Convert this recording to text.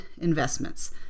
investments